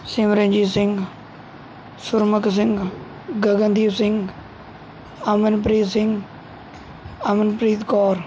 Simranjeet Singh Surmukh Singh Gagandeep Singh Amanpreet Singh Amanpreet Kaur